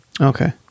Okay